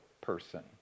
person